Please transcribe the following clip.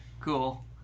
Cool